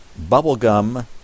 bubblegum